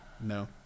No